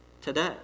today